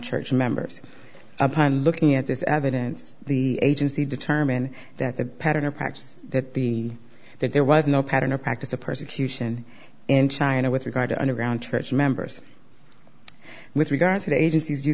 church members upon looking at this evidence the agency determined that the pattern of acts that the that there was no pattern or practice of persecution in china with regard to underground church members with regard to the agencies you